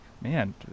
man